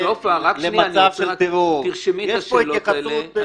סופה, תרשמי את ההערות האלה.